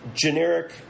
generic